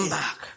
back